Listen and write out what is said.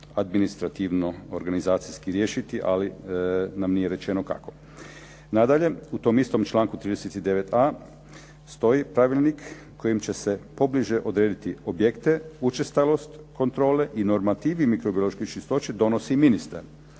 administrativno organizacijski riješiti ali nam nije rečeno kako. Nadalje, u tom istom članku 39.a stoji pravilnik kojim će se pobliže odrediti objekte, učestalost kontrole i normativi mikrobiološke čistoće donosi ministar.